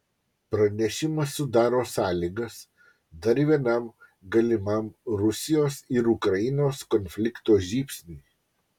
pranešimas sudaro sąlygas dar vienam galimam rusijos ir ukrainos konflikto žybsniui